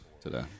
today